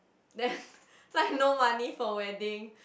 that like no money for wedding